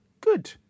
good